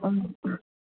ꯑ